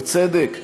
בצדק,